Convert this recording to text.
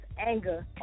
anger